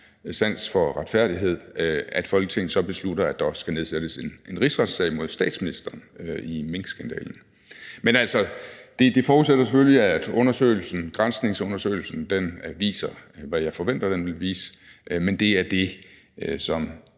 sans for retfærdighed, så beslutter, at der også skal nedsættes en rigsretssag mod statsministeren i minkskandalen. Men det forudsætter selvfølgelig, at granskningsundersøgelsen viser, hvad vi forventer at den vil vise, og det er det, som